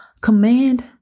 Command